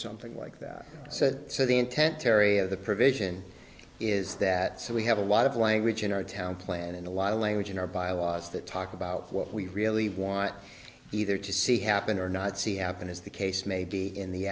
something like that said so the intent terry of the provision is that so we have a lot of language in our town plan and a lot of language in our byelaws that talk about what we really want either to see happen or not see happen is the case maybe in the